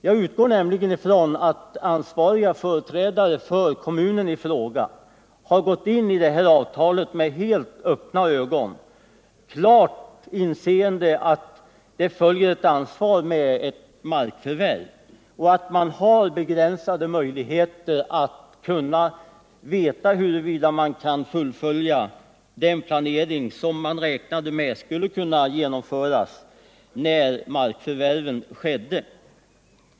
Jag utgår nämligen från att ansvariga företrädare för kommunen i fråga har gått in i det här avtalet med helt öppna ögon, klart inseende att det följer ett ansvar med ett markförvärv och att man har begränsade möjligheter att veta huruvuda man kan fullfölja den planering som man räknade med skulle kunna genomföras när markförvärvet skedde.